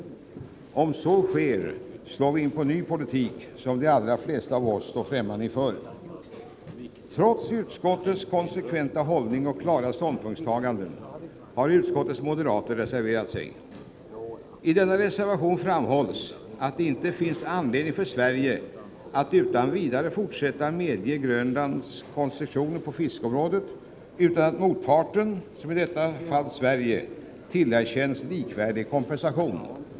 Om så sker, slår vi in på en ny politik, som de allra flesta av oss står främmande inför. Trots utskottets konsekventa hållning och klara ståndpunktstagande har utskottets moderater reserverat sig. I reservationen framhålls att det inte finns anledning för Sverige att utan vidare fortsätta att medge Grönland koncessioner på fiskeområdet utan att motparten — i detta fall Sverige — tillerkänns en likvärdig kompensation.